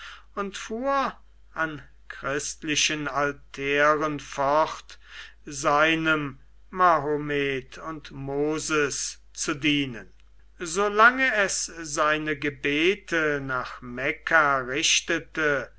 und fuhr an christlichen altären fort seinem mahomed und moses zu dienen so lange es seine gebete nach mecca richtete